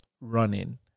running